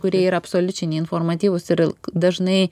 kurie yra absoliučiai neinformatyvūs ir dažnai